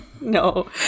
no